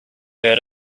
heard